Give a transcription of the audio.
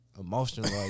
Emotional